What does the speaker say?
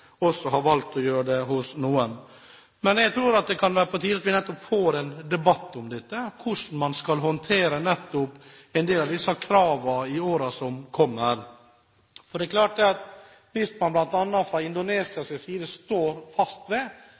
også har valgt å gjøre det hos noen. Jeg tror det kan være på tide at vi får en debatt om dette, og hvordan man skal håndtere en del av disse kravene i årene som kommer. For det er klart at hvis man bl.a. fra Indonesias side står fast ved